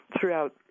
throughout